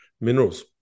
minerals